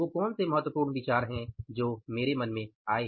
वो कौन से महत्वपूर्ण विचार हैं जो मेरे मन में आए